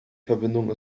verbindung